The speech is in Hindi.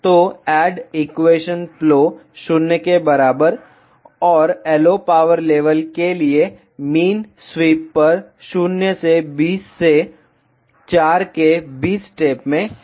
तोएड एक्वेशन प्लो 0 के बराबर और LO पावर लेवल के लिए मीन स्वीप पर 0 से 20 से 4 के 20 स्टेप में है